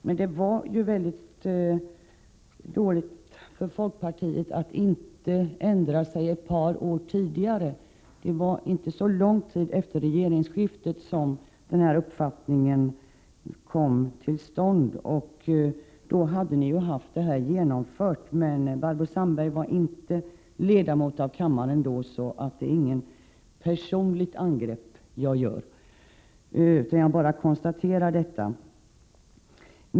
Men det var mycket dåligt av folkpartiet att inte ändra sig ett par år tidigare och genomföra detta — det var inte så lång tid efter regeringsskiftet som denna uppfattning kom fram. Barbro Sandberg var inte ledamot av kammaren då, så det är inte något personligt angrepp jag riktar mot henne utan bara ett konstaterande.